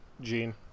gene